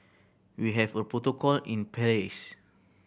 we have a protocol in place